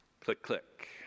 Click-click